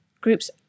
groups